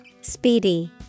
Speedy